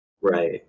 Right